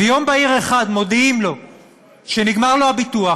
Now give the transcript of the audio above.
ויום בהיר אחד מודיעים לו שנגמר לו הביטוח,